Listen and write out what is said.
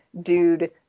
dude